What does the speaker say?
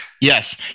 Yes